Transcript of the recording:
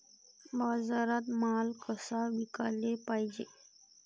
बाजारात माल कसा विकाले पायजे?